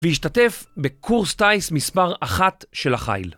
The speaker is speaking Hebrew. והשתתף בקורס טייס מספר אחת של החיל.